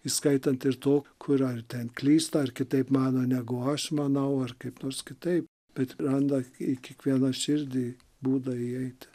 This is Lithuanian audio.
įskaitant ir to kur ar ten klysta ar kitaip mano negu aš manau ar kaip nors kitaip bet randa į kiekvieną širdį būdą įeiti